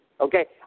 okay